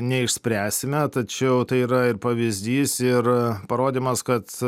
neišspręsime tačiau tai yra ir pavyzdys ir parodymas kad